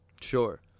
Sure